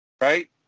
Right